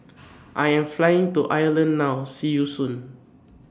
I Am Flying to Ireland now See YOU Soon